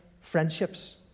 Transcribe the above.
friendships